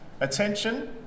attention